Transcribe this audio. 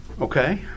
Okay